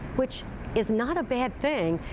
which is not a bad thing,